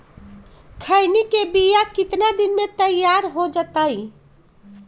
खैनी के बिया कितना दिन मे तैयार हो जताइए?